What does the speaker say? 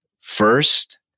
First